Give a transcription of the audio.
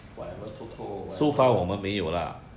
whatever 臭臭 whatever